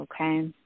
okay